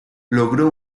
logró